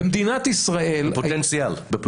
בפוטנציאל.